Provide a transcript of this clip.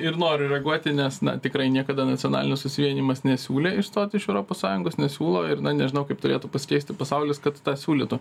ir noriu reaguoti nes na tikrai niekada nacionalinis susivienijimas nesiūlė išstoti iš europos sąjungos nesiūlo ir na nežinau kaip turėtų pasikeisti pasaulis kad tą siūlytų